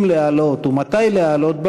אם להעלות ומתי להעלות במליאה,